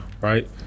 right